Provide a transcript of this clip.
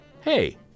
Hey